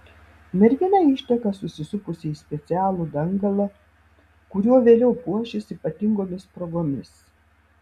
mergina išteka susisupusi į specialų dangalą kuriuo vėliau puošis ypatingomis progomis